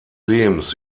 lebens